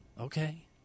Okay